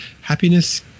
happiness